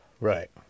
Right